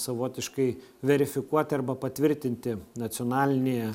savotiškai verifikuoti arba patvirtinti nacionalinėje